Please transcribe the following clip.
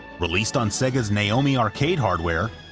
released on sega's naomi arcade hardware,